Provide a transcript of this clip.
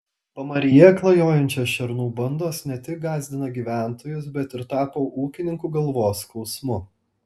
pamaryje klajojančios šernų bandos ne tik gąsdina gyventojus bet ir tapo ūkininkų galvos skausmu